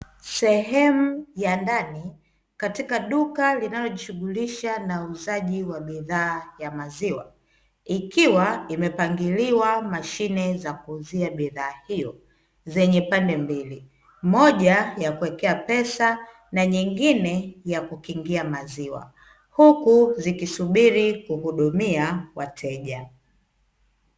Sehemu ya ndani katika duka linalojishughulisha na uuzaji wa bidhaa ya maziwa, ikiwa imepangiliwa mashine za kuuzia bidhaa hiyo zenye pande mbili, moja ya kuwekea pesa na nyingine ya kukiingia maziwa, huku zikisubiri kuhudumia wateja.